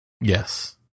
Yes